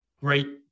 great